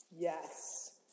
Yes